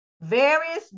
various